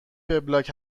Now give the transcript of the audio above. وبلاگ